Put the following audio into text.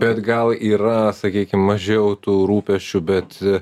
bet gal yra sakykim mažiau tų rūpesčių bet